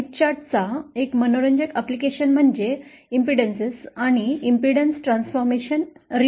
Smith chart चा एक मनोरंजक अनुप्रयोग म्हणजे अडथळे आणि प्रतिबाधित परिवर्तन वाचणे